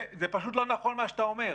זה, מה שאתה אומר,